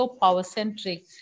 power-centric